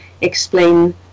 explain